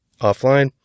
offline